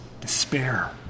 despair